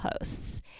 hosts